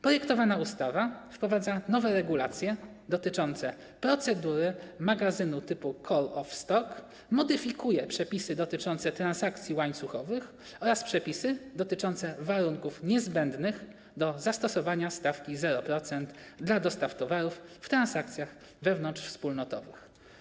Projektowana ustawa wprowadza nowe regulacje dotyczące procedury magazynu typu call-off stock, modyfikuje przepisy dotyczące transakcji łańcuchowych oraz przepisy dotyczące warunków niezbędnych do zastosowania stawki 0% dla dostaw towarów w transakcjach wewnątrzwspólnotowych.